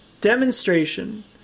Demonstration